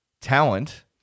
talent